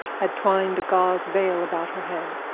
had twined a gauze veil about her head.